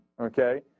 Okay